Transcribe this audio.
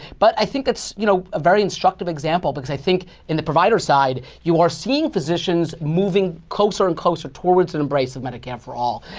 but i think it's you know a very instructive example, because i think in the provider side, you are seeing physicians moving closer and closer towards an embrace of medicare for all.